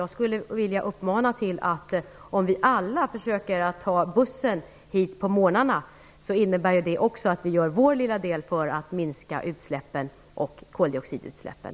Jag skulle vilja uppmana alla att ta bussen hit på morgnarna. Det innebär att vi gör vår lilla del för att minska koldioxidutsläppen.